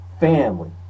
Family